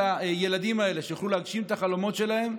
הילדים האלה כך שיוכלו להגשים את החלומות שלהם,